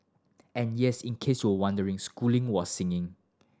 and yes in case you wondering schooling was singing